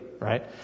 right